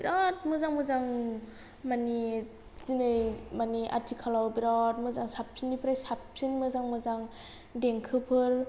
बिरात मोजां मोजां माने दिनै माने आथिखालाव बिरात मोजां साबसिननिफ्राय साबसिन मोजां मोजां देंखोफोर